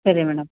ಸರಿ ಮೇಡಮ್